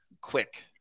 quick